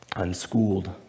Unschooled